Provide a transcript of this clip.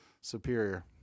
superior